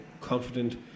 confident